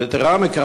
אבל יתרה מכך,